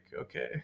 okay